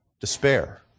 Despair